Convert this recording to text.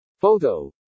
Photo